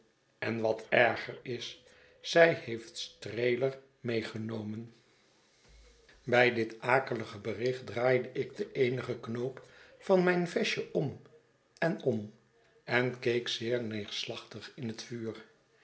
en wat erger is zij heeft streeier meegenomen dij dit akelige bericht draaide ik den eenigen knoop van myn vestje om en om en keek zeer neerslachtig in het vuur